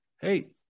hey